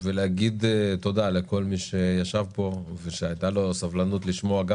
ולומר תודה לכל מי שישב כאן ושהייתה לו הסבלנות לשמוע גם